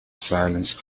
silence